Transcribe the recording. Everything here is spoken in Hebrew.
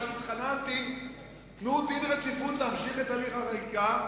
מה שהתחננתי: תנו דין רציפות להמשיך את הליך החקיקה,